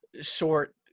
short